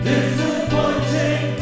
Disappointing